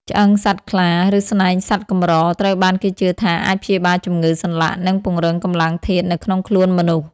ឆ្អឹងសត្វខ្លា ឬស្នែងសត្វកម្រ ត្រូវបានគេជឿថាអាចព្យាបាលជំងឺសន្លាក់ និងពង្រឹងកម្លាំងធាតុនៅក្នុងខ្លួនមនុស្ស។